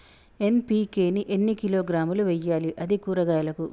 NPK ని ఎన్ని కిలోగ్రాములు వెయ్యాలి? అది కూరగాయలకు?